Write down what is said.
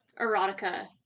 Erotica